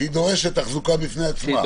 שהיא דורשת תחזוקה בפני עצמה.